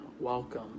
welcome